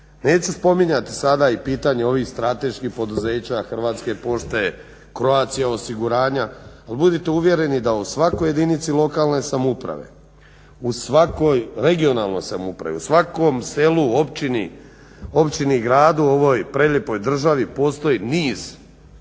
Neću spominjati sada i pitanje ovih strateških poduzeća Hrvatske pošte, Croatia osiguranja ali budite uvjereni da u svakoj jedinici lokalne samouprave, u svakoj regionalnoj samoupravi, u svakom selu, općini, gradu u ovoj prelijepoj državi postoji niz